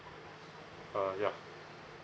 uh ya